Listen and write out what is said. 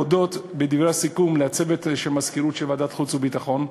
אני רוצה להודות בדברי הסיכום לצוות של מזכירות ועדת החוץ והביטחון,